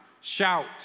Shout